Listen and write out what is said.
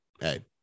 hey